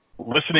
Listening